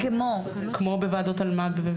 כמו בוועדות אלמ"ב.